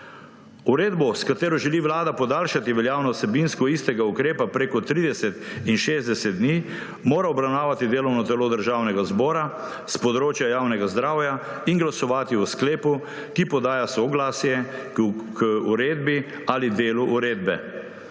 Uredbo, s katero želi Vlada podaljšati veljavnost vsebinsko istega ukrepa prek 30 in 60 dni, mora obravnavati delovno telo Državnega zbora s področja javnega zdravja in glasovati o sklepu, ki podaja soglasje k uredbi ali delu uredbe.